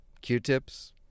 Q-tips